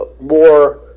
more